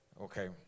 Okay